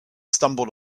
stumbled